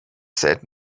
said